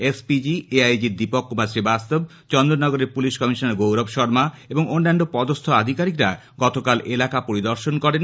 SPG এআইজির দীপক কুমার শ্রীবাস্তব চন্দননগরের police commissioner Gaurav Sharma ও অন্যান্য পদস্থ আধিকারিকরা গতকাল এলাকা পরিদর্শন করেন